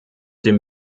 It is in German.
dem